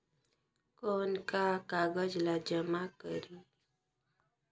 कौन का कागज ला जमा करी?